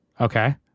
Okay